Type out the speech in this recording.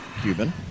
Cuban